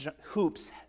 hoops